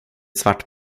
svart